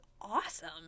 awesome